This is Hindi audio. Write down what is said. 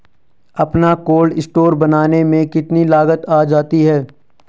अपना कोल्ड स्टोर बनाने में कितनी लागत आ जाती है?